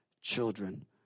children